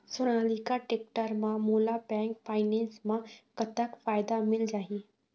Sonalika tractor म मोला bank finance म कतक फायदा मिल जाही?